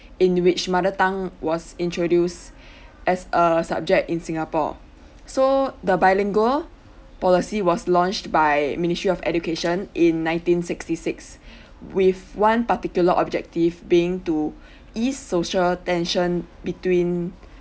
in which mother tongue was introduce as a subject in singapore so the bilingual policy was launched by ministry of education in nineteen sixty six with one particular objective being to ease social tension between